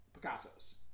Picassos